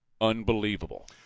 unbelievable